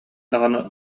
даҕаны